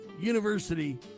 university